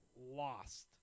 lost